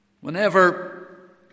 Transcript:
whenever